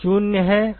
0 है